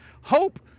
Hope